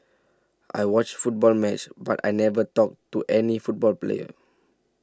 I watched football match but I never talked to any football player